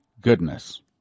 Goodness